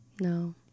No